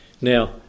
Now